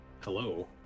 Hello